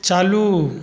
चालू